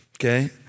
okay